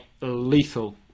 lethal